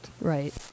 right